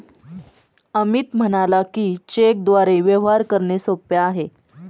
अमित म्हणाला की, चेकद्वारे व्यवहार करणे सोपे आहे